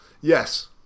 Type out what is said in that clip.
yes